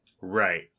Right